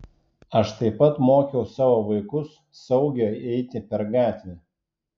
aš taip pat mokiau savo vaikus saugiai eiti per gatvę